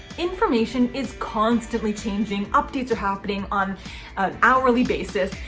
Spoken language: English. information is constantly changing, updates are happening on an hourly basis.